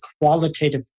qualitative